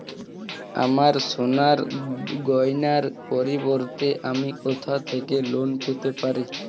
আমার সোনার গয়নার পরিবর্তে আমি কোথা থেকে লোন পেতে পারি?